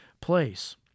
place